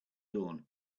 dawn